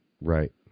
Right